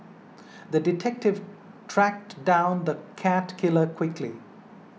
the detective tracked down the cat killer quickly